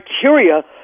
criteria